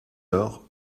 heure